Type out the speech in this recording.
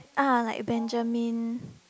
(uh huh) like Benjamin